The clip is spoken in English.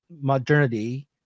modernity